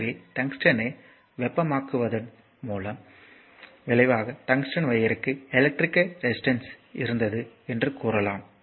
எனவே டங்ஸ்டனை வெப்பமாக்குவதன் விளைவாக டங்ஸ்டன் வையர்க்கு எலக்ட்ரிகல் ரெசிஸ்டன்ஸ் இருந்தது என்று கூறலாம்